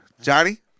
Johnny